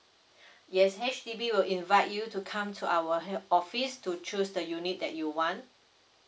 yes H_D_B will invite you to come to our head office to choose the unit that you want